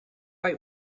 bei